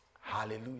Hallelujah